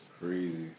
crazy